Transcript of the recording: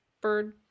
bird